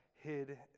hid